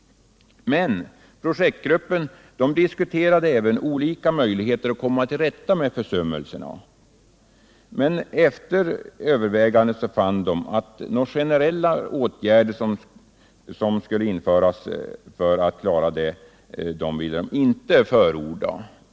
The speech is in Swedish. Projektgruppen diskuterade även olika möjligheter att komma till rätta med försummelserna. Men efter övervägande fann gruppen att den inte ville förorda generella åtgärder.